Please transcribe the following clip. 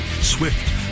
Swift